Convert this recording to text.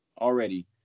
already